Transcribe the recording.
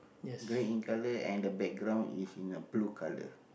grey in colour and the background is in a blue colour